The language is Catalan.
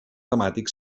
temàtic